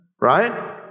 right